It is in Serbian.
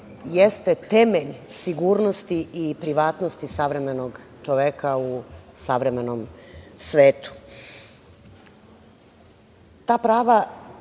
jeste temelje sigurnosti i privatnosti savremenog čoveka u savremenom svetu. Ta prava